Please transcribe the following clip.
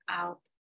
out